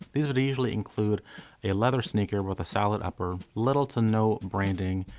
these would usually include a leather sneaker with a solid upper, little to no branding,